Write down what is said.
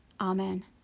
Amen